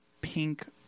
pink